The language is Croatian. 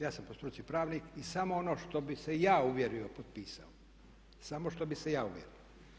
Ja sam po struci pravnik i samo ono što bih se ja uvjerio potpisao bih, samo što bih se ja uvjerio.